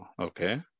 okay